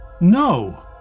No